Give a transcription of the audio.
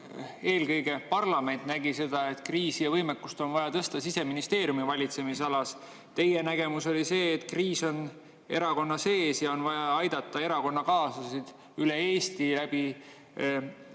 eelkõige parlament nägi seda, et on kriis ja võimekust on vaja tõsta Siseministeeriumi valitsemisalas. Teie nägemus oli see, et kriis on erakonna sees ja on vaja aidata erakonnakaaslasi üle Eesti regionaalsete